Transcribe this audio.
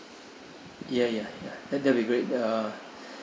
ya ya ya that'd be great uh